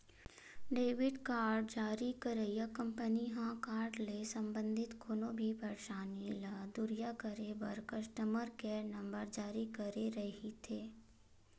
debit card जारी करइया कंपनी ह कारड ले संबंधित कोनो भी परसानी ल दुरिहा करे बर कस्टमर केयर नंबर जारी करे रहिथे